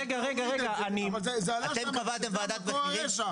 אתם קבעתם ועדת מחירים,